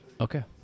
Okay